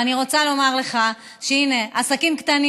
ואני רוצה לומר לך שהינה, עסקים קטנים